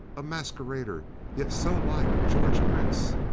a masquerader, yet so like george prince.